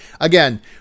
Again